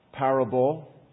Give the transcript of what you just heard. parable